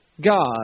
God